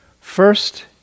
First